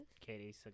katie